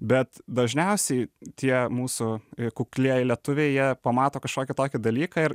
bet dažniausiai tie mūsų kuklieji lietuviai jie pamato kažkokį tokį dalyką ir